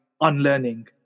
unlearning